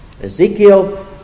Ezekiel